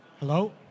Hello